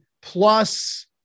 plus